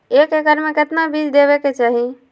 एक एकड़ मे केतना बीज देवे के चाहि?